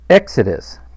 Exodus